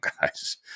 guys